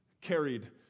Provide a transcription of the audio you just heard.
carried